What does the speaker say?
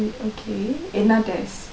okay என்ன:enna test